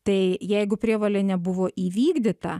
tai jeigu prievolė nebuvo įvykdyta